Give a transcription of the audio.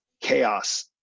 chaos